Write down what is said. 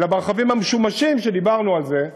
אלא ברכבים המשומשים, ודיברנו על זה.